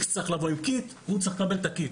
X צריך לבוא עם קיט, הוא צריך לקבל את הקיט.